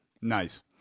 Nice